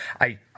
I-